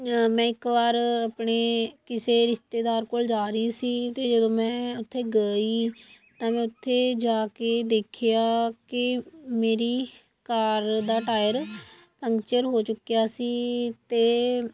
ਮੈਂ ਇੱਕ ਵਾਰ ਆਪਣੇ ਕਿਸੇ ਰਿਸ਼ਤੇਦਾਰ ਕੋਲ ਜਾ ਰਹੀ ਸੀ ਅਤੇ ਜਦੋਂ ਮੈਂ ਉੱਥੇ ਗਈ ਤਾਂ ਮੈਂ ਉੱਥੇ ਜਾ ਕੇ ਦੇਖਿਆ ਕਿ ਮੇਰੀ ਕਾਰ ਦਾ ਟਾਇਰ ਪੰਚਰ ਹੋ ਚੁੱਕਿਆ ਸੀ ਅਤੇ